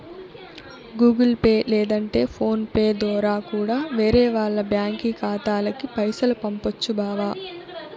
Google Pay లేదంటే PhonePe దోరా కూడా వేరే వాల్ల బ్యాంకి ఖాతాలకి పైసలు పంపొచ్చు బావా